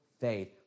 faith